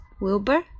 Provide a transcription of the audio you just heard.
Wilbur